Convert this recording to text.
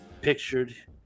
pictured